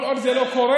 כל עוד זה לא קורה,